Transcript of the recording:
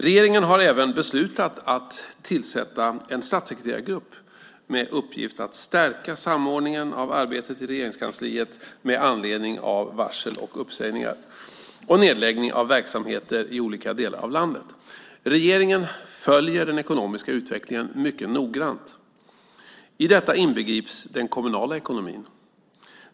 Regeringen har även beslutat att tillsätta en statssekreterargrupp med uppgift att stärka samordningen av arbetet i Regeringskansliet med anledning av varsel och uppsägningar och nedläggning av verksamheter i olika delar av landet. Regeringen följer den ekonomiska utvecklingen mycket noggrant. I detta inbegrips den kommunala ekonomin.